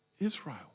Israel